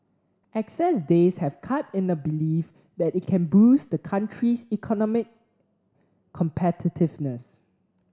excess days have cut in a belief that it can boost the country's economic competitiveness